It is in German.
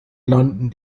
landen